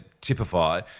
typify